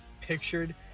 pictured